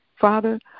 Father